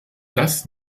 das